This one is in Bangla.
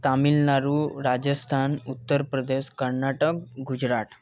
তামিলনাড়ু রাজস্থান উত্তরপ্রদেশ কর্ণাটক গুজরাট